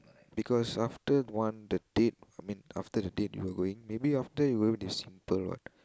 because after one the date I mean after the date you are going maybe after you it's simple what